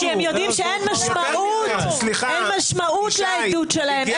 הם לא דיווחו כי הם יודעים שאין משמעות לעדות שלהם.